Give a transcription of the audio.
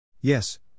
Yes